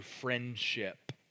friendship